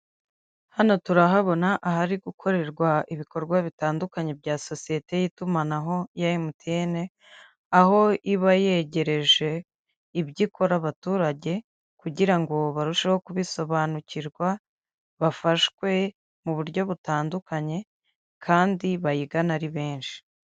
Hano turahabona ahari gukorerwa ibikorwa bitandukanye bya sosiyete y'itumanaho ya MTN aho iba yegereje ibyo ikora abaturage kugira ngo barusheho kubisobanukirwa bafashwe mu buryo butandukanye kandi bayigana ari benshi.